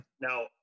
Now